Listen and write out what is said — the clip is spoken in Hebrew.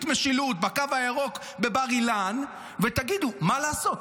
משילות בקו הירוק בבר-אילן ותגידו: מה לעשות,